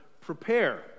prepare